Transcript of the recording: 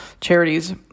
charities